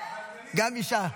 גם אישה.